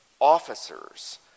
officers